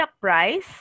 price